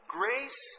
grace